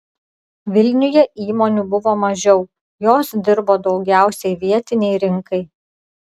vilniuje įmonių buvo mažiau jos dirbo daugiausiai vietinei rinkai